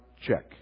Check